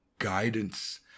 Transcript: guidance